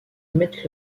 mettent